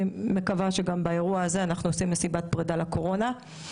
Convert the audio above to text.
שגם באירוע הזה אנחנו עושים מסיבת פרידה לקורונה.